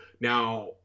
Now